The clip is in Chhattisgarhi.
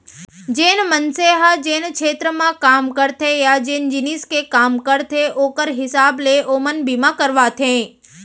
जेन मनसे ह जेन छेत्र म काम करथे या जेन जिनिस के काम करथे ओकर हिसाब ले ओमन बीमा करवाथें